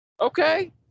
Okay